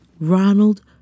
Ronald